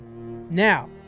Now